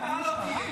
אתה לא תהיה.